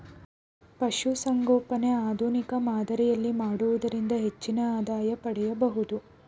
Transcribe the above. ಪಶುಸಂಗೋಪನೆ ಆಧುನಿಕ ಮಾದರಿಯಲ್ಲಿ ಮಾಡುವುದರಿಂದ ಹೆಚ್ಚಿನ ಆದಾಯ ಪಡಿಬೋದು